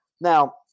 now